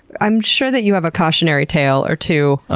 i'm sure that you have a cautionary tale or two.